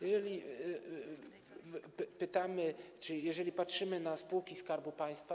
Jeżeli pytamy czy jeżeli patrzymy na spółki Skarbu Państwa.